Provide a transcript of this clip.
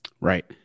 Right